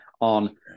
on